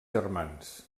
germans